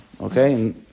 Okay